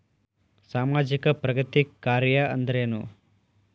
ಸಾಮಾಜಿಕ ಪ್ರಗತಿ ಕಾರ್ಯಾ ಅಂದ್ರೇನು?